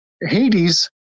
Hades